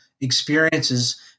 experiences